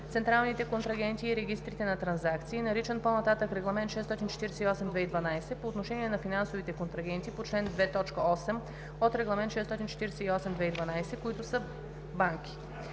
централните контрагенти и регистрите на транзакции, наричан по нататък „Регламент (ЕС) № 648/2012“, по отношение на финансовите контрагенти по чл. 2, т. 8 от Регламент (ЕС) № 648/2012, които са банки.“